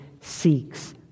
seeks